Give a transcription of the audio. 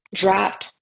dropped